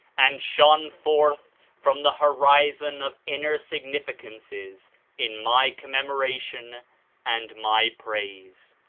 and shone forth from the horizon of inner significances in my commemoration and my praise.